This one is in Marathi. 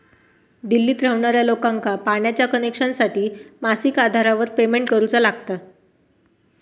दिल्लीत रव्हणार्या लोकांका पाण्याच्या कनेक्शनसाठी मासिक आधारावर पेमेंट करुचा लागता